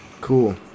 cool